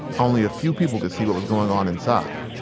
only a few people could see what was going on inside